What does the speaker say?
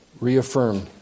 Reaffirm